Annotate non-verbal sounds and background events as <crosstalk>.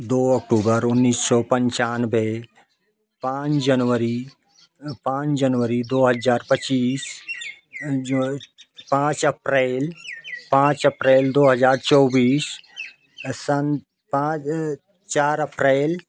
दो अक्टूबर उन्नीस सौ पंचानवे पाँच जनवरी पाँच जनवरी दो हज़ार पच्चीस <unintelligible> पाँच अप्रैल पाँच अप्रैल दो हज़ार चौबीस सन् पाँच चार अप्रैल